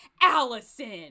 Allison